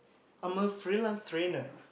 I'm a freelance trainer